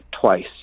twice